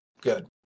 Good